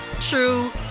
true